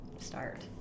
start